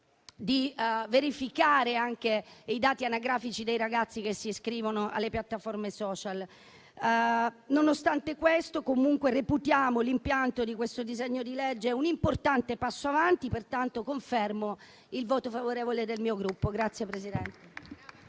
di verificare i dati anagrafici dei ragazzi che si iscrivono alle piattaforme *social*. Nonostante questo, comunque reputiamo l'impianto di questo disegno di legge un importante passo in avanti. Pertanto confermo il voto favorevole del mio Gruppo.